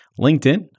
LinkedIn